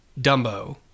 Dumbo